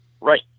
Right